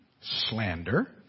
slander